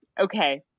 Okay